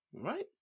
Right